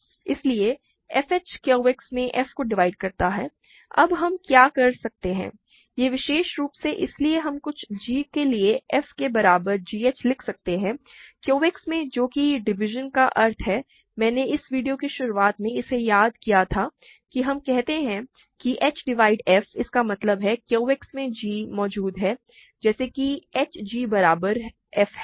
इसलिए f h QX में f को डिवाइड करता है अब हम क्या कर सकते हैं यह विशेष रूप से इसलिए हम कुछ g के लिए f के बराबर h g लिख सकते हैं QX में जो कि डिवीज़न का अर्थ है मैंने इस वीडियो की शुरुआत में इसे याद किया था यदि हम कहते हैं कि h डिवाइड f इसका मतलब है Q X में g मौजूद है जैसे कि h g बराबर f है